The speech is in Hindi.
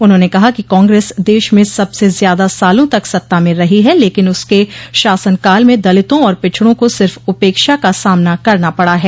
उन्होंन कहा कि कांग्रेस देश में सबसे ज्यादा सालों तक सत्ता में रही है लेकिन उसके शासनकाल में दलितों और पिछड़ों को सिर्फ उपेक्षा का सामना करना पड़ा है